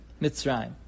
Mitzrayim